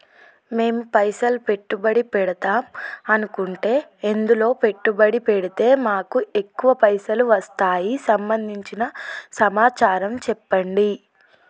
మేము పైసలు పెట్టుబడి పెడదాం అనుకుంటే ఎందులో పెట్టుబడి పెడితే మాకు ఎక్కువ పైసలు వస్తాయి సంబంధించిన సమాచారం చెప్పండి?